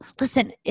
Listen